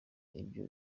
ibyo